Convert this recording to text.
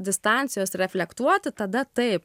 distancijos reflektuoti tada taip